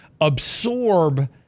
absorb